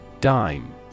Dime